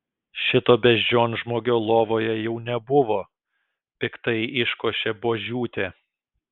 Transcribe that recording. šito beždžionžmogio lovoje jau nebuvo piktai iškošė buožiūtė